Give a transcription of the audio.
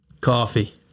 coffee